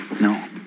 No